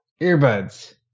earbuds